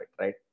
right